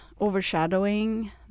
overshadowing